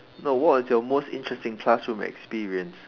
no what was your most interesting classroom experience